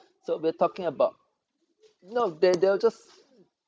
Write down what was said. so we're talking about no they'll they'll just